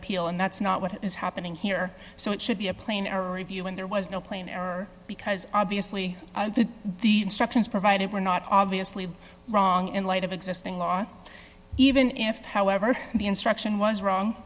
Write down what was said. appeal and that's not what is happening here so it should be a plain a review and there was no plane error because obviously the instructions provided were not obviously wrong in light of existing law even if however the instruction was wrong